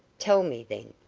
tell me, then,